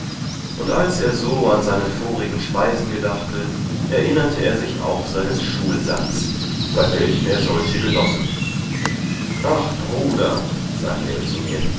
und als er so an seine vorigen speisen gedachte erinnerte er sich auch seines schulsacks bei welchem er solche genossen ach bruder sagte er zu mir